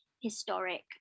historic